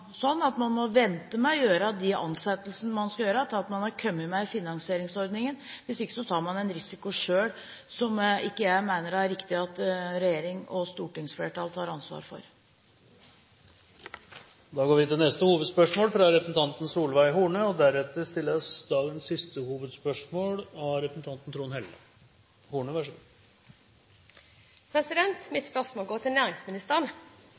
sånn at man må vente med å gjøre de ansettelsene man skal gjøre, til man har kommet med finansieringsordningen. Hvis ikke tar man en risiko selv som jeg mener det ikke er riktig at en regjering og et stortingsflertall tar ansvar for. Vi går videre til neste hovedspørsmål. Mitt spørsmål går til næringsministeren. Siden 2003 har det eksistert et krav om kvotering i ASA-selskaper. Dette har resultert i at et stort antall selskaper har skiftet eierform til